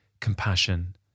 compassion